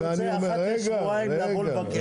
אני רוצה אחת לשבועיים לבוא לבקר.